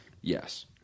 Yes